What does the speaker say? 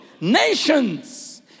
nations